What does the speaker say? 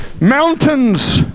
mountains